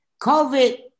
COVID